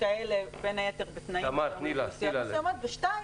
נשמע את ד"ר אודי קלינר.